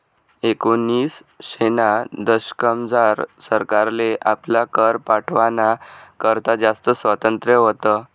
एकोनिसशेना दशकमझार सरकारले आपला कर ठरावाना करता जास्त स्वातंत्र्य व्हतं